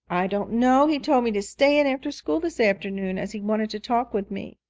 i don't know. he told me to stay in after school this afternoon, as he wanted to talk with me.